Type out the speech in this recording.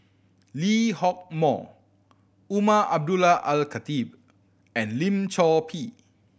Lee Hock Moh Umar Abdullah Al Khatib and Lim Chor Pee